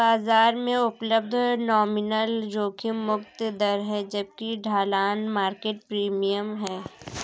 बाजार में उपलब्ध नॉमिनल जोखिम मुक्त दर है जबकि ढलान मार्केट प्रीमियम है